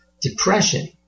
depression